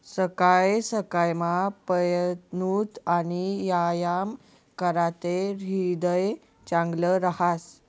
सकाय सकायमा पयनूत आणि यायाम कराते ह्रीदय चांगलं रहास